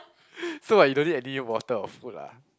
so what you don't need any water or food lah